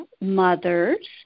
mothers